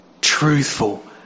truthful